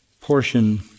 portion